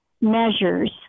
measures